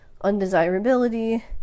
undesirability